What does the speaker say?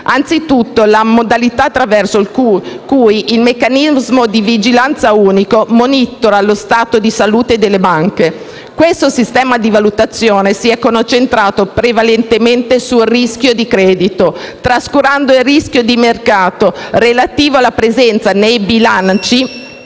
anzitutto la modalità attraverso cui il Meccanismo di vigilanza unico monitora lo stato di salute delle banche. Questo sistema di valutazione si è concentrato prevalentemente sul rischio di credito, trascurando il rischio di mercato relativo alla presenza nei bilanci